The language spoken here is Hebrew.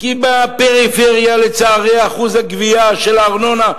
כי לצערי בפריפריה אחוז הגבייה של הארנונה,